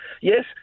Yes